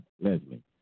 Leslie